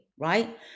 right